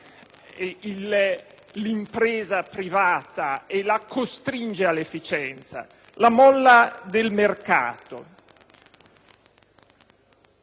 l'impresa privata e la costringe all'efficienza: la "molla" del mercato.